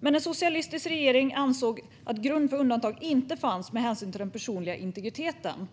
Men en socialistisk regering ansåg att grund för undantag inte fanns med hänsyn till den personliga integriteten.